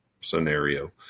scenario